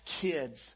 kids